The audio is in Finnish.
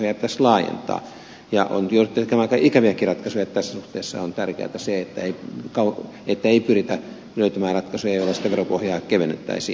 ja on jouduttu tekemään aika ikäviäkin ratkaisuja niin että tässä suhteessa on tärkeätä se että ei pyritä löytämään ratkaisuja joilla sitä veropohjaa kevennettäisiin